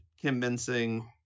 convincing